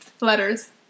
Letters